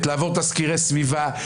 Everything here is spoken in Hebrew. חייבת לעבור תסקירי סביבה,